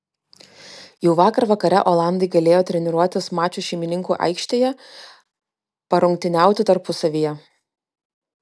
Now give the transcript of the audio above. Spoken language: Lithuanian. jau vakar vakare olandai galėjo treniruotis mačo šeimininkų aikštėje parungtyniauti tarpusavyje